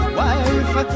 wife